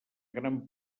gran